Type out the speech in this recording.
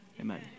Amen